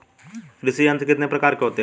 कृषि यंत्र कितने प्रकार के होते हैं?